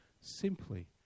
simply